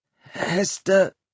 Hester